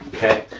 okay?